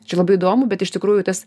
čia labai įdomu bet iš tikrųjų tas